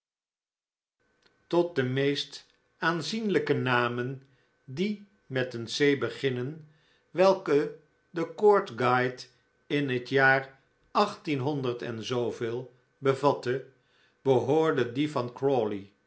ot de meest aanzienlijke namen die met een c beginnen welke de court guide p jj in het jaar achttienhonderd en zooveel bevatte behoorde die van